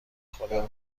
خودم